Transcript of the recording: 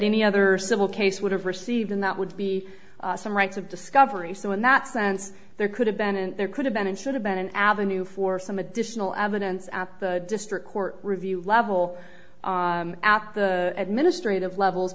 any other civil case would have received and that would be some rights of discovery so in that sense there could have been and there could have been and should have been an avenue for some additional evidence at the district court review level at the administrative level